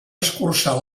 escurçar